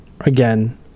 Again